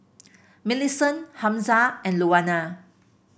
Millicent Hamza and Louanna